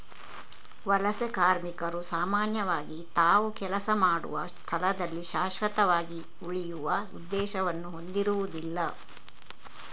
ವಲಸೆ ಕಾರ್ಮಿಕರು ಸಾಮಾನ್ಯವಾಗಿ ತಾವು ಕೆಲಸ ಮಾಡುವ ಸ್ಥಳದಲ್ಲಿ ಶಾಶ್ವತವಾಗಿ ಉಳಿಯುವ ಉದ್ದೇಶವನ್ನು ಹೊಂದಿರುದಿಲ್ಲ